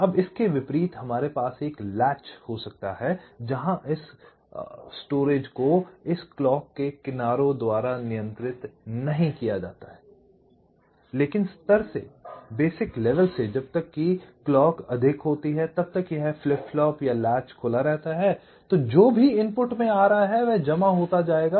अब इसके विपरीत हमारे पास एक लैच हो सकता है जहाँ इस भंडारण को इस क्लॉक के किनारों द्वारा नियंत्रित नहीं किया जाता है लेकिन स्तर से जब तक कि क्लॉक अधिक होती है तब तक यह फ्लिप फ्लॉप या लैच खुला रहता है तो जो इनपुट में आ रहा है वह जमा होता जाएगा